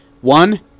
One